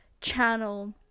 channel